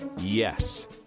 yes